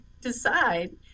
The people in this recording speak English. decide